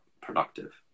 productive